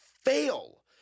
fail